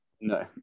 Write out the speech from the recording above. No